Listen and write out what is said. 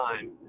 time